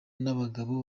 n’abagabo